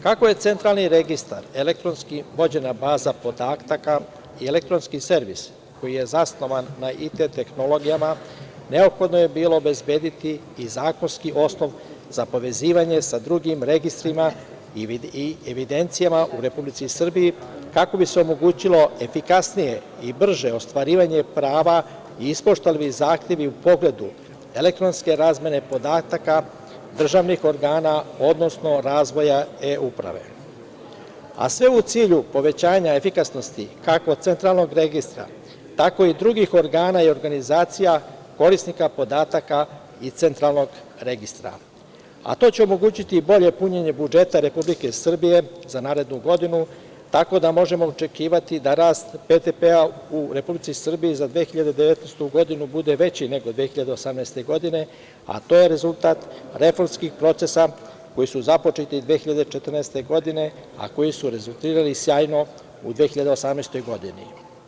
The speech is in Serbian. Kako je Centralni registar elektronski vođena baza podataka i elektronski servis koji je zasnovan na IT tehnologijama, neophodno je bilo obezbediti i zakonski osnov za povezivanje sa drugim registrima i evidencijama u Republici Srbiji, kako bi se omogućilo efikasnije i brže ostvarivanje prava i ispoštovali zahtevi u pogledu elektronske razmene podataka državnih organa, odnosno razvoja e-uprave, a sve u cilju povećanja efikasnosti kako Centralnog registra, tako i drugih organa i organizacija, korisnika podataka iz Centralnog registra, a to će omogućiti bolje punjenje budžeta Republike Srbije za narednu godinu, tako da možemo očekivati da rast BDP-a u Republici Srbiji za 2019. godinu bude veći nego 2018. godine, a to je rezultat reformskih procesa koji su započeti 2014. godine, a koji su rezultirali sjajno u 2018. godini.